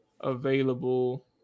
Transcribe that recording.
available